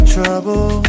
Trouble